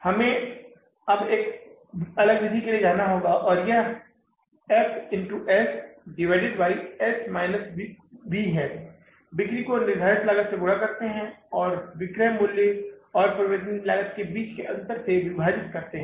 हमें अब एक अलग विधि के लिए जाना होगा और यह F S S V है बिक्री को निर्धारित लागत से गुना करते है और विक्रय मूल्य और परिवर्तनीय लागत के बीच के अंतर से विभाजित करते हैं